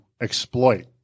exploit